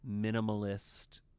minimalist